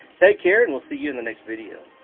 take care and we'll see you in the next video.